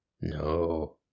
No